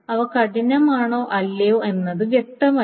അവ കഠിനമാണോ അല്ലയോ എന്നത് വ്യക്തമല്ല